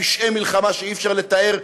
פשעי מלחמה שאי-אפשר לתאר,